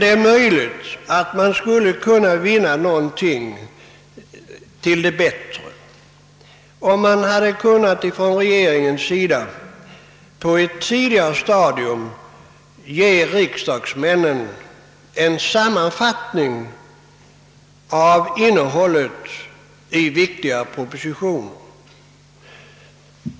Det är möjligt att något skulle kunna vinnas, om regeringen på ett tidigare stadium kunde informera riksdagsmännen om innehållet i viktigare propositioner.